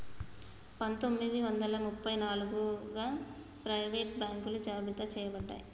పందొమ్మిది వందల ముప్ప నాలుగగు ప్రైవేట్ బాంకులు జాబితా చెయ్యబడ్డాయి